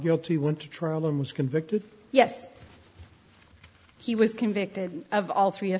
guilty went to trial and was convicted yes he was convicted of all three of